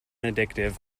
addictive